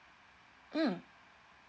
mm